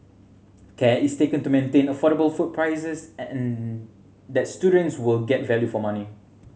care is taken to maintain affordable food prices and that students will get value for money